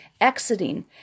exiting